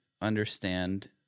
understand